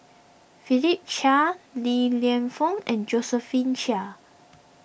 Philip Chia Li Lienfung and Josephine Chia